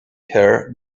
her